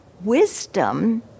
wisdom